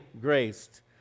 graced